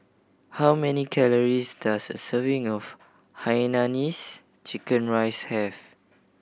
how many calories does a serving of hainanese chicken rice have